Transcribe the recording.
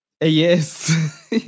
yes